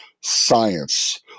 science